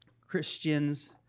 Christians